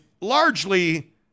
largely